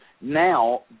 Now